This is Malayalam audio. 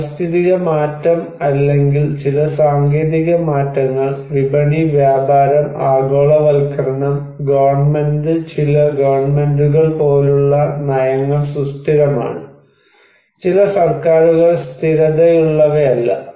പാരിസ്ഥിതിക മാറ്റം അല്ലെങ്കിൽ ചില സാങ്കേതിക മാറ്റങ്ങൾ വിപണി വ്യാപാരം ആഗോളവൽക്കരണം ഗവൺമെന്റ് ചില ഗവൺമെന്റുകൾ പോലുള്ള നയങ്ങൾ സുസ്ഥിരമാണ് ചില സർക്കാരുകൾ സ്ഥിരതയുള്ളവയല്ല